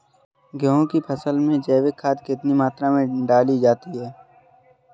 गेहूँ की फसल में जैविक खाद कितनी मात्रा में डाली जाती है?